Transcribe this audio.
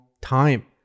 time